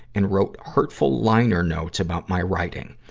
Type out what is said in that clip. and wrote hurtful liner notes about my writing.